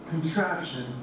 contraption